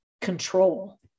control